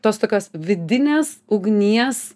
tos tokios vidinės ugnies